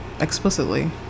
Explicitly